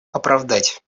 оправдать